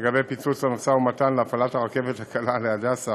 פיצוץ המשא ומתן להפעלת הרכבת הקלה להדסה,